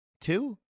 Two